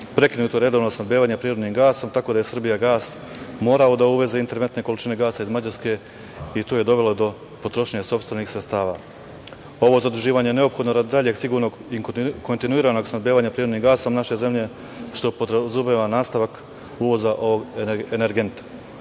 prekinuto je redovno snabdevanje prirodnim gasom, tako da je „Srbijagas“ morao da uveze interventne količine gasa iz Mađarske. To je dovelo do potrošnje sopstvenih sredstava. Ovo zaduživanje je neophodno radi daljeg sigurnog i kontinuiranog snabdevanja prirodnim gasom naše zemlje, što podrazumeva nastavak uvoza ovog energenta.